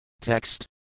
Text